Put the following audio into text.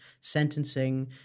sentencing